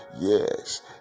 yes